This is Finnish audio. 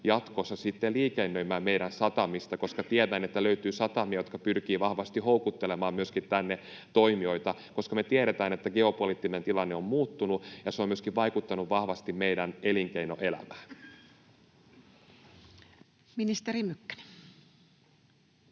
jatkossa sitten liikennöimään meidän satamista? Tiedän, että löytyy satamia, jotka pyrkivät vahvasti houkuttelemaan myöskin tänne toimijoita, koska, niin kuin me tiedetään, geopoliittinen tilanne on muuttunut, ja se on myöskin vaikuttanut vahvasti meidän elinkeinoelämään. [Speech